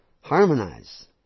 Harmonize